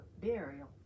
burial